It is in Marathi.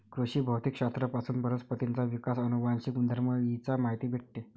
कृषी भौतिक शास्त्र पासून वनस्पतींचा विकास, अनुवांशिक गुणधर्म इ चा माहिती भेटते